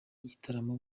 bitaramo